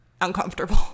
uncomfortable